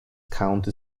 county